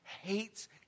hates